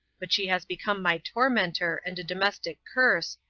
but she has become my tormentor and a domestic curse,